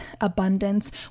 abundance